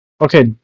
Okay